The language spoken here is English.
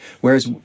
Whereas